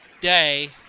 day